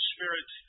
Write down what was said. Spirit